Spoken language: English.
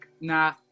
Nah